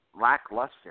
lackluster